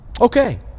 Okay